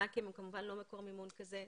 הבנקים הם כמובן לא מקור מימון כזה.